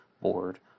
board